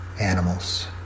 animals